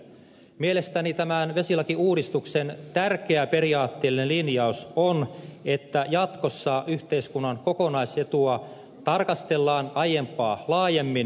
mielestäni tämän vesilakiuudistuksen tärkeä periaatteellinen linjaus on että jatkossa yhteiskunnan kokonaisetua tarkastellaan aiempaa laajemmin